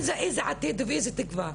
איזה עתיד ואיזו תקווה?